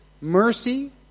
mercy